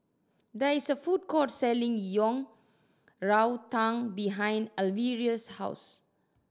there is a food court selling Yang Rou Tang behind Alvira's house